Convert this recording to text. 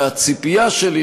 והציפייה שלי,